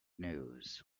news